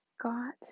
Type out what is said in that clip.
got